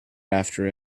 after